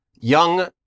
young